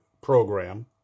program